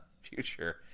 future